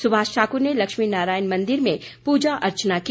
सुभाष ठाकुर ने लक्ष्मी नारायण मंदिर में पूजा अर्चना की